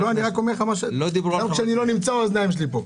גם כשאני לא נמצא, האוזניים שלי פה.